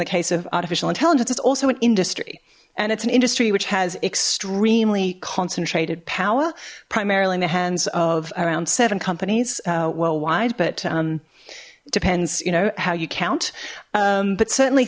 the case of artificial intelligence it's also an industry and it's an industry which has extremely concentrated power primarily in the hands of around seven companies worldwide but it depends you know how you count but certainly